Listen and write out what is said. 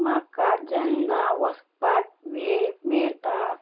म्हाका जेन्ना वचपाक वेळ मेळटा